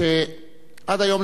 שעד היום,